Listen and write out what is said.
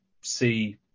see